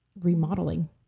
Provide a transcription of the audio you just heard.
remodeling